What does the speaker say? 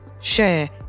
share